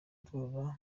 duhora